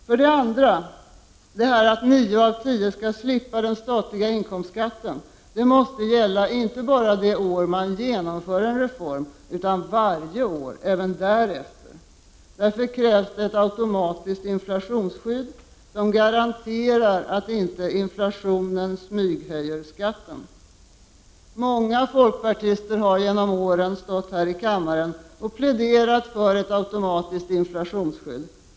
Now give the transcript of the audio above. För det andra måste ordningen att nio av tio skall slippa den statliga inkomstskatten gälla inte bara det år man genomför en reform, utan varje år även därefter. Därför krävs det ett automatiskt inflationsskydd, som garanterar att inte inflationen smyghöjer skatten. Många folkpartister har genom åren stått här i kammaren och pläderat för ett automatiskt inflationsskydd.